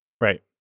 Right